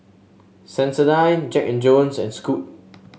Sensodyne Jack And Jones and Scoot